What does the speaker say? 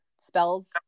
spells